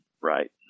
right